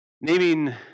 Naming